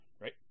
right